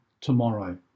tomorrow